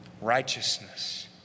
Righteousness